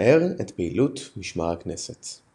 המתעד את פעילות משמר הכנסת.